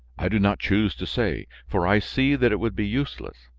i do not choose to say, for i see that it would be useless.